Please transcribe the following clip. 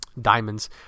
diamonds